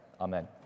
Amen